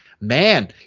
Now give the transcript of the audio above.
man